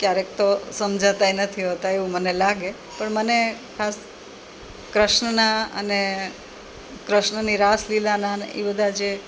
ક્યારેક તો સમજાતાય નથી હોતાં એવું મને લાગે પણ મને ખાસ કૃષ્ણનાં અને કૃષ્ણની રાસલીલાનાં ને એ બધા જે